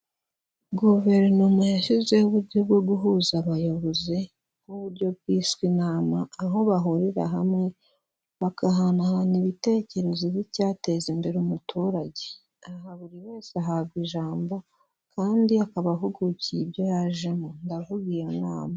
Guverinoma yashyizeho uburyo bwo guhuza abayobozi b'uburyo bwiswe inama, aho bahurira hamwe bagahanahana ibitekerezo by'icyateza imbere umuturage, aha buri wese ahabwa ijambo kandi akaba ahugukiye ibyo yajemo, ndavuga iyo nama.